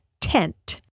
tent